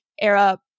era